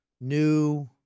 new